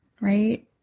right